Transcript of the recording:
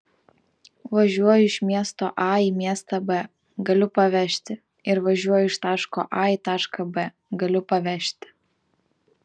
važiuoju iš miesto a į miestą b galiu pavežti ir važiuoju iš taško a į tašką b galiu pavežti